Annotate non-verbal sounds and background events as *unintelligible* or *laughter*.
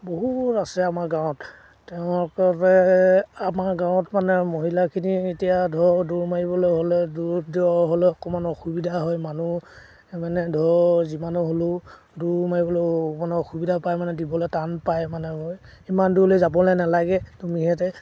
বহুত আছে আমাৰ গাঁৱত *unintelligible* আমাৰ গাঁৱত মানে মহিলাখিনি এতিয়া ধৰক দৌৰ মাৰিবলৈ হ'লে দৌৰ *unintelligible* অকণমান অসুবিধা হয় মানুহ মানে ধৰক যিমানো হ'লেও দৌৰ মাৰিবলৈ অকণমান অসুবিধা পায় মানে দিবলে টান পায় মানে ইমান দূৰলৈ যাবলৈ নালাগে তোমালোকে